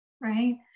right